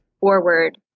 forward